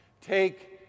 Take